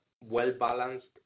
well-balanced